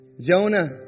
Jonah